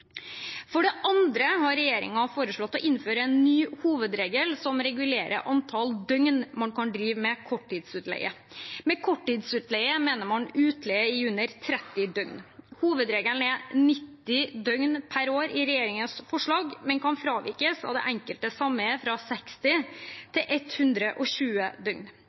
For det andre har regjeringen foreslått å innføre en ny hovedregel som regulerer antall døgn man kan drive med korttidsutleie. Med korttidsutleie mener man utleie i under 30 døgn. Hovedregelen er 90 døgn per år i regjeringens forslag, men det kan fravikes av det enkelte sameie fra 60 til 120